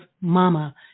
mama